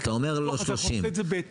מרקחת --- אנחנו נעשה את זה בהתאם.